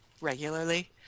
regularly